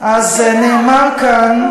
אז נאמר כאן,